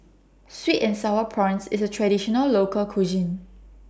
Sweet and Sour Prawns IS A Traditional Local Cuisine